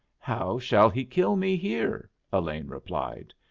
how shall he kill me here? elaine replied.